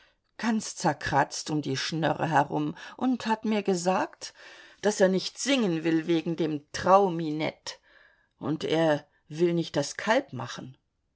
ganz zerkratzt um die schnörre herum und hat mir gesagt daß er nicht singen will wegen dem trau mi net und er will nicht das kalb machen